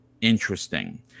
interesting